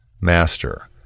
Master